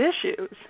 issues